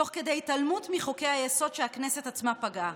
תוך התעלמות מחוקי-היסוד שהכנסת עצמה קבעה,